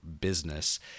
business